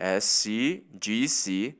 S C G C